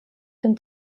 den